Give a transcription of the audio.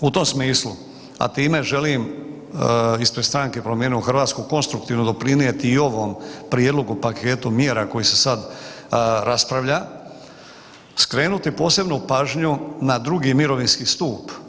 U tom smislu, a time želim ispred stranke Promijenimo Hrvatsku konstruktivno doprinijeti i ovom prijedlogu paketu mjera koji se sada raspravlja, skrenuti posebnu pažnju na drugi mirovinski stup.